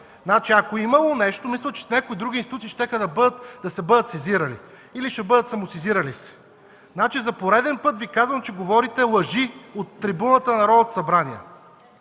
Ако е имало нещо, мисля, че някои други институции щяха да бъдат сезирани, или ще бъдат самосезирали се. За пореден път Ви казвам, че говорите лъжи от трибуната на Народното събрание.